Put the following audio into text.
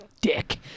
dick